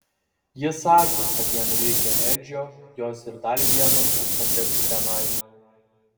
jis sakė kad jam reikia edžio jos ir dar vieno kad patektų tenai